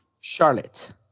Charlotte